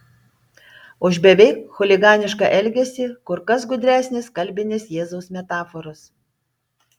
už beveik chuliganišką elgesį kur kas gudresnės kalbinės jėzaus metaforos